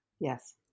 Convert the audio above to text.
yes